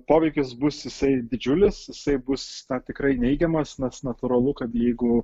poveikis bus jisai didžiulis jisai bus tikrai neigiamas nes natūralu kad jeigu